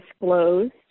Disclosed